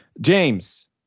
james